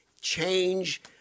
change